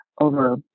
over